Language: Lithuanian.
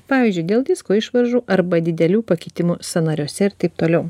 pavyzdžiui dėl disko išvaržų arba didelių pakitimų sąnariuose ir taip toliau